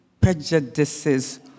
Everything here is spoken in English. prejudices